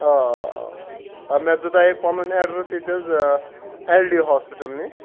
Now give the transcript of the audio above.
آ مےٚ دِژے پَنُن اٮ۪ڈرَس ییٚتہِ حظ اٮ۪ل ڈی ہاسپِٹَل نِش